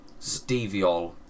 Steviol